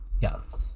Yes